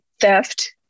theft